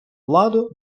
владу